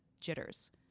jitters